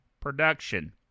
production